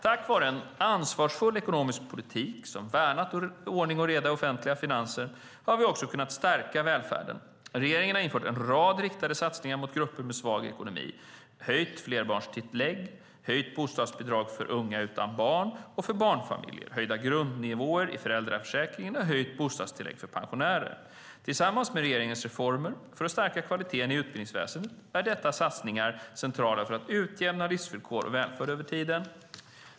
Tack vare en ansvarsfull ekonomisk politik som värnat ordning och reda i offentliga finanser har vi också kunnat stärka välfärden. Regeringen har infört en rad riktade satsningar mot grupper med svag ekonomi: höjt flerbarnstillägg, höjt bostadsbidrag för unga utan barn och för barnfamiljer, höjd grundnivå i föräldraförsäkringen och höjt bostadstillägg för pensionärer. Tillsammans med regeringens reformer för att stärka kvaliteten i utbildningsväsendet är dessa satsningar centrala för att utjämna livsvillkor och välfärd över tid.